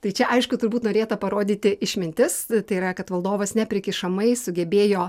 tai čia aišku turbūt norėta parodyti išmintis tai yra kad valdovas neprikišamai sugebėjo